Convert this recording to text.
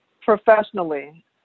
professionally